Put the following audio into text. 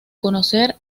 conocer